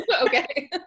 okay